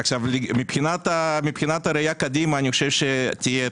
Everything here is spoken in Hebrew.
מבחינת הראייה קדימה אני חושב שזו תהיה